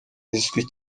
izwi